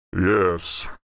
Yes